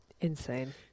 Insane